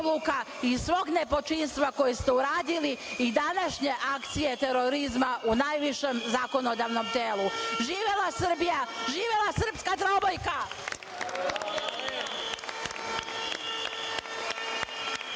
i svog nepočinstva koje ste uradili i današnje akcije terorizma u najvišem zakonodavnom telu. Živela Srbija! Živela srpska trobojka!